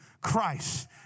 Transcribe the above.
Christ